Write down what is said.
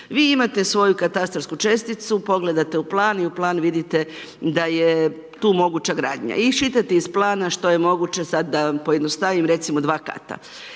Vi imate svoju katastarsku česticu, pogledate u plan i u plan vidite da je tu moguća gradnja. Iščitate iz plana što je moguće sad da vam pojednostavim, recimo dva kata.